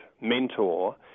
mentor